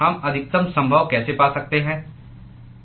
हम अधिकतम संभव कैसे पा सकते हैं